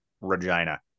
Regina